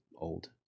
old